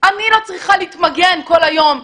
אני לא צריכה להתמגן כל היום,